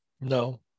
No